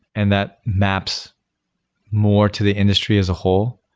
and that maps more to the industry as a whole.